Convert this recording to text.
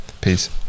peace